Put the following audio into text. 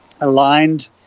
aligned